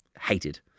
hated